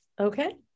Okay